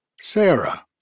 Sarah